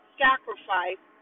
sacrifice